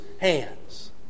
hands